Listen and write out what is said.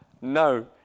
No